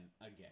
again